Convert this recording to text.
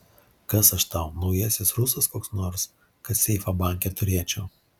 kas aš tau naujasis rusas koks nors kad seifą banke turėčiau